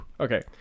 Okay